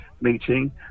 meeting